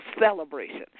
celebration